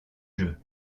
jeu